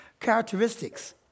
characteristics